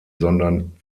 sondern